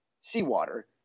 seawater